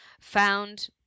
found